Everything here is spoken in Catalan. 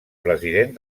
president